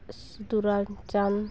Sadhuramchand